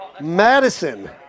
Madison